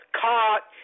caught